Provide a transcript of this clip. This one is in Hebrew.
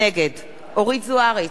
נגד אורית זוארץ,